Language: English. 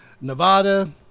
Nevada